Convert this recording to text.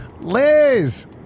Liz